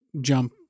jump